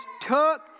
took